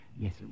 Yes